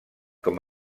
com